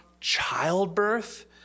childbirth